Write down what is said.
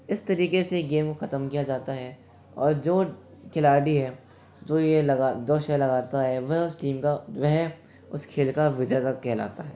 इस तरीके से गेम को खत्म किया जाता है और जो खिलाड़ी है जो ये लगा जो शेयर लगाता है वह उस टीम का वह उस खेल का विजेता कहलाता है